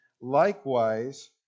likewise